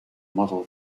model